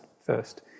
first